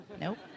Nope